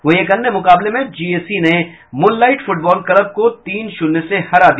वहीं एक अन्य मुकाबले में जीएसी ने मूनलाइट फुटबॉल क्लब को तीन शून्य से हरा दिया